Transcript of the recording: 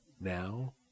now